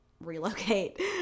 relocate